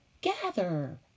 gather